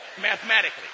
mathematically